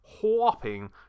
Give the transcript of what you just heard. Whopping